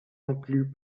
inclus